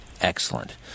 Excellent